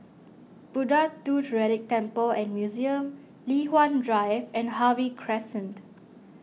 Buddha Tooth Relic Temple and Museum Li Hwan Drive and Harvey Crescent